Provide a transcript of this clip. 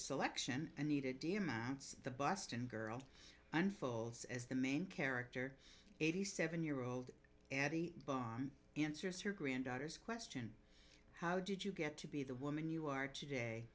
selection needed d amounts the boston girl unfolds as the main character eighty seven year old addie bomb answers her granddaughter's question how did you get to be the woman you are today